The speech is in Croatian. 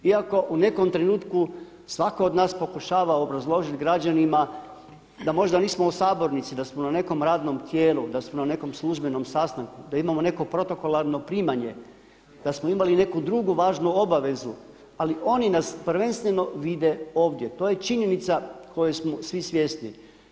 Iako u nekom trenutku svako od nas pokušava obrazložiti građanima da možda nismo u sabornici da smo na nekom radnom tijelu, da smo na nekom službenom sastanku, da imamo neko protokolarno primanje, da smo imali neku drugu važnu obavezu ali oni nas prvenstveno vide ovdje, to je činjenica koje smo svi svjesni.